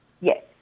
Yes